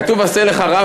כתוב: "עשה לך רב",